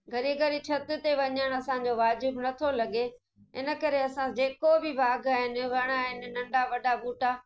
घड़ी घड़ी छित ते वञणु असांजो वाजिब नथो लॻे इन करे असां जेको बि बाग़ आहिनि वण आहिनि नंढा वॾा बूटा